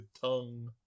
tongue